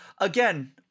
again